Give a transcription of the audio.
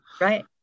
Right